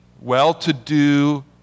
well-to-do